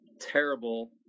terrible